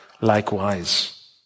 likewise